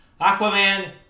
Aquaman